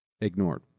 ignored